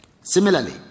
Similarly